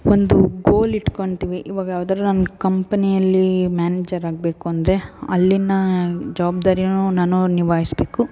ಒಂದು ಗೋಲ್ ಇಟ್ಕೊತೀವಿ ಇವಾಗ ಯಾವ್ದಾದ್ರು ಒಂದು ಕಂಪ್ನಿಯಲ್ಲಿ ಮ್ಯಾನೇಜರ್ ಆಗಬೇಕು ಅಂದರೆ ಅಲ್ಲಿನ ಜವಾಬ್ದಾರಿಯನ್ನು ನಾನು ನಿಭಾಯಿಸ್ಬೇಕು